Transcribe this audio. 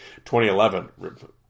2011